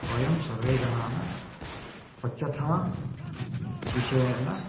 वयं सर्वे जनाः स्वच्छता विषयेन